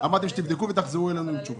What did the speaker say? אמרתם שתבדקו ותחזרו אלינו עם תשובה.